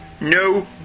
No